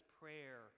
prayer